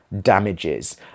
damages